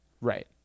Right